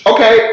Okay